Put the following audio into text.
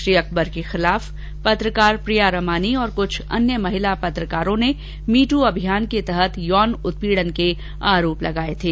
श्री अकबर के खिलाफ पत्रकार प्रिया रमानी और कुछ अन्य महिला पत्रकारों ने मी टू अभियान के तहत यौन उत्पीड़न का आरोप लगाये थे